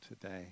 today